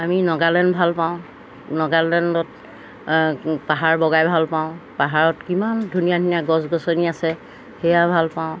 আমি নগালেণ্ড ভালপাওঁ নগালেণ্ডত পাহাৰ বগাই ভালপাওঁ পাহাৰত কিমান ধুনীয়া ধুনীয়া গছ গছনি আছে সেয়া ভালপাওঁ